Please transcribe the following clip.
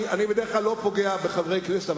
אני בדרך כלל לא פוגע בחברי הכנסת,